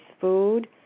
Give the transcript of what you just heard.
food